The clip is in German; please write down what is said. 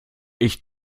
ich